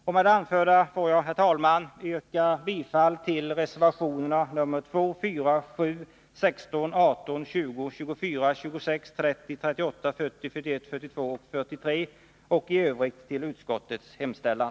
Med det anförda ber jag, herr talman, att få yrka bifall till reservationerna2, 4, 7, 16, 18, 20, 24, 26, 30, 38, 40, 41, 42 och 43 samt i övrigt till utskottets hemställan.